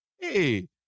hey